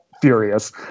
furious